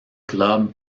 club